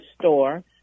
store